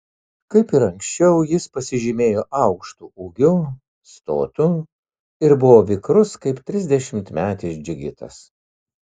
kaip ir anksčiau jis pasižymėjo aukštu ūgiu stotu ir buvo vikrus kaip trisdešimtmetis džigitas